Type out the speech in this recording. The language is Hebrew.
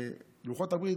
לוחות הברית,